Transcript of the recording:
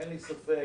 אין לי ספק